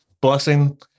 blessing